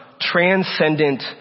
transcendent